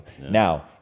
Now